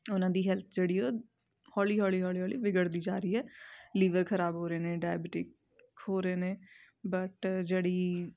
ਉਹਨਾਂ ਦੀ ਹੈਲਥ ਜਿਹੜੀ ਉਹ ਹੌਲੀ ਹੌਲੀ ਹੌਲੀ ਹੌਲੀ ਵਿਗੜਦੀ ਜਾ ਰਹੀ ਹੈ ਲੀਵਰ ਖ਼ਰਾਬ ਹੋ ਰਹੇ ਨੇ ਡਾਇਬਿਟਿਕ ਹੋ ਰਹੇ ਨੇ ਬਟ ਜਿਹੜੀ